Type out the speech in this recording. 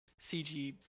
CG